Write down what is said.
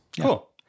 Cool